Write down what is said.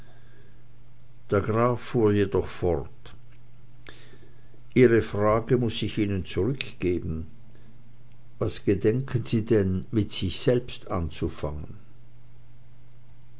der graf jedoch fuhr fort ihre frage muß ich ihnen zurückgeben was gedenken sie denn mit sich selbst jetzt anzufangen